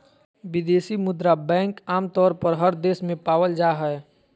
विदेशी मुद्रा बैंक आमतौर पर हर देश में पावल जा हय